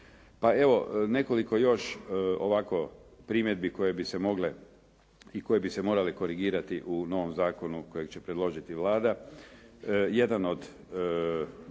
Pa evo, nekoliko još ovako primjedbe koje bi se mogle i koje bi se morale korigirati u novom zakonu kojeg će predložiti Vlada. Jedna od